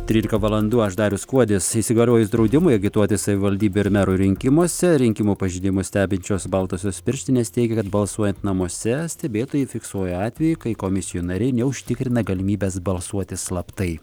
trylika valandų aš darius kuodis įsigaliojus draudimui agituoti savivaldybių ir mero rinkimuose rinkimų pažeidimus stebinčios baltosios pirštinės teigia kad balsuojant namuose stebėtojai fiksuoja atvejų kai komisijų nariai neužtikrina galimybės balsuoti slaptai